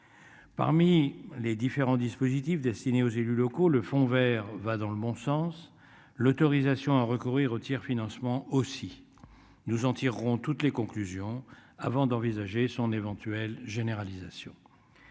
Parmi les différents dispositifs destinés aux élus locaux. Le Fonds Vert va dans le bon sens l'autorisation à recourir au tiers-financement aussi nous en tirerons toutes les conclusions avant d'envisager son éventuelle généralisation.